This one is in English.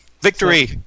Victory